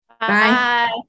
Bye